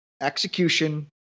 execution